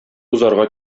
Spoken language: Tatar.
узарга